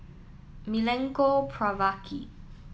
Milenko Prvacki